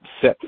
set